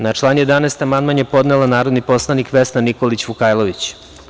Na član 11. amandman je podnela narodni poslanik Vesna Nikolić Vukajlović.